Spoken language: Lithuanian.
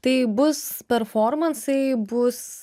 tai bus performansai bus